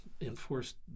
enforced